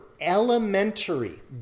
elementary